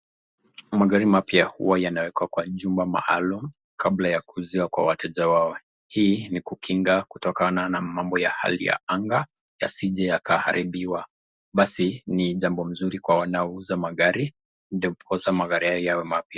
Magari mapya huwa yanawekwa kwenye chumba maalum kabla ya kuuziwa kwa wateja wao. Hii ni kukinga kutokana na mambo ya hali ya anga yasije yakaharibiwa. Basi ni jambo mzuri kwa wanaouza magari ndiposa magari hayo yawe mapya.